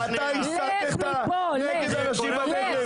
אתה הסתת נגד אנשים בנגב.